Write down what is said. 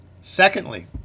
Secondly